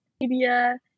media